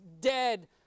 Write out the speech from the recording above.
dead